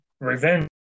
revenge